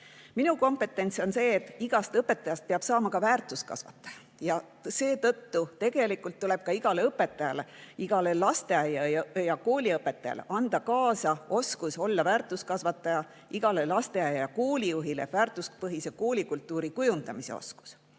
Minu kompetents on see, et igast õpetajast peab saama ka väärtuskasvataja. Seetõttu tegelikult tuleb igale õpetajale, igale lasteaia‑ ja kooliõpetajale anda kaasa oskus olla väärtuskasvataja. Igal lasteaia ja kooli juhil peab olema väärtuspõhise koolikultuuri kujundamise oskus.